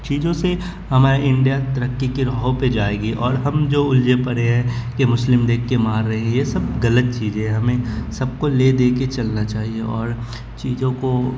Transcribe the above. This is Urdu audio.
چیزوں سے ہمارے انڈیا ترقی کی راہوں پہ جائے گی اور ہم جو الجے پڑے ہیں کہ مسلم دیکھ کے مار رہے ہیں یہ سب غلط چیزیں ہمیں سب کو لے دے کے چلنا چاہیے اور چیزوں کو